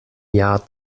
jahr